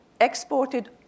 exported